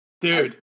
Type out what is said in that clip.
Dude